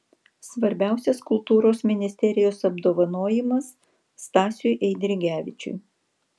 svarbiausias kultūros ministerijos apdovanojimas stasiui eidrigevičiui